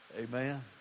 Amen